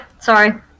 Sorry